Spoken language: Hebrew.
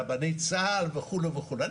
כן,